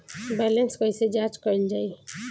Balance कइसे जांच कइल जाइ?